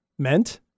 Meant